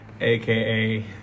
aka